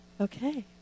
Okay